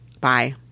Bye